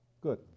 Good